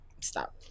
Stop